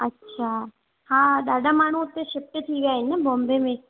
अच्छा हा ॾाढा माण्हू हुते शिफ्ट थी विया आहिनि बॉम्बे में